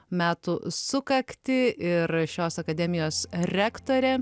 metų sukaktį ir šios akademijos rektorė